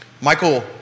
Michael